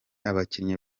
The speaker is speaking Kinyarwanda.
abakinnyi